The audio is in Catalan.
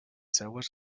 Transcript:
seues